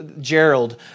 Gerald